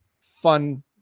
fun